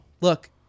Look